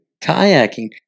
Kayaking